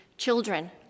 children